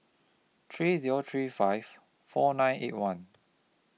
three Zero three five four nine eight one